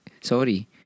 sorry